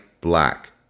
black